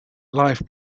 life